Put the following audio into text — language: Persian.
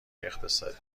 اقتصادی